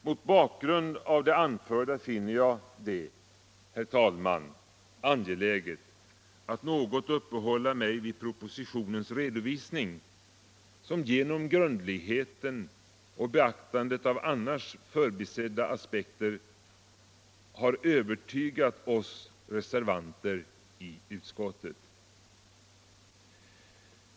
Mot bakgrund av det anförda finner jag det, herr talman, angeläget att något uppehålla mig vid propositionens redovisning, som genom grundligheten och be aktandet av annars förbisedda aspekter har övertygat oss reservanter i utskottet.